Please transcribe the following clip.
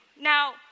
Now